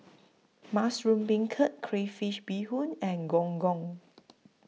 Mushroom Beancurd Crayfish Beehoon and Gong Gong